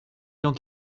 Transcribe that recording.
gens